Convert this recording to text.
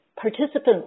Participants